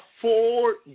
four